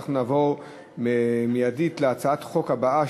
אנחנו נעבור מיידית להצעת החוק הבאה: